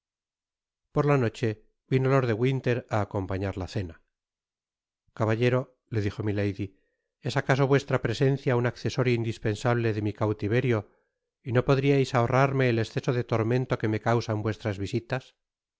por la noche vino lord de winter á acompañar la cena caballero le dijo milady es acaso voestra presencia un accesorio indispensable de mi cautiverio y no podriais ahorrarme el esceso de tormento que me causan vuestras visitas